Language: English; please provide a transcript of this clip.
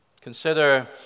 Consider